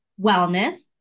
wellness